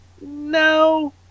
No